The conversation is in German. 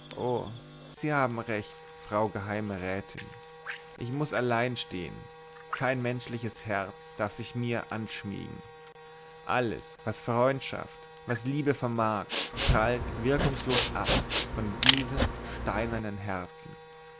sie haben recht frau geheime rätin ich muß allein stehen kein menschliches herz darf sich mir anschmiegen alles was freundschaft was liebe vermag prallt wirkungslos ab von diesem steinernen herzen